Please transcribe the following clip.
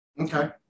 Okay